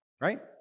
right